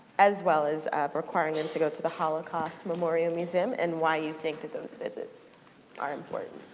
as well as requiring them to go to the holocaust memorial museum and why you think that those visits are important?